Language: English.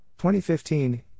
2015